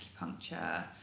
acupuncture